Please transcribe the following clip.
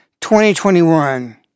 2021